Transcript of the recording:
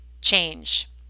change